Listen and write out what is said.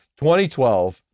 2012